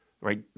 right